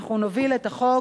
אנחנו נוביל את החוק,